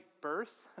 birth